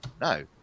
No